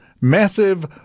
massive